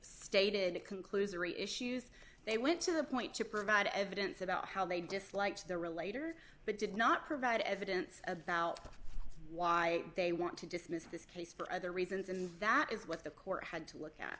stated conclusory issues they went to the point to provide evidence about how they disliked the relator but did not provide evidence about why they want to dismiss this case for other reasons and that is what the court had to look at